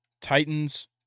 Titans